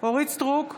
אורית מלכה סטרוק,